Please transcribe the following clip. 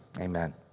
Amen